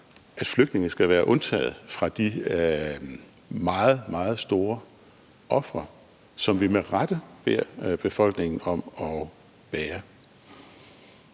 at flygtninge skal være undtaget fra at bringe de meget, meget store ofre, som vi med rette beder befolkningen om at bringe